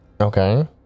Okay